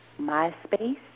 myspace